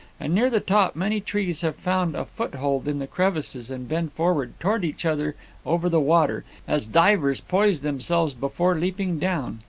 and near the top many trees have found a roothold in the crevices and bend forward towards each other over the water, as divers poise themselves before leaping down.